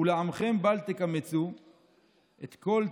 ולעמכם בל תקמצו / את כל תנו,